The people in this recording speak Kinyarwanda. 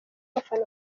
abafana